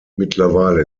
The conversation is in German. mittlerweile